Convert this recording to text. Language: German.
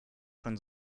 schon